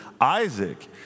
Isaac